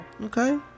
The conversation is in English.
okay